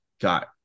got